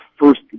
first